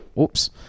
oops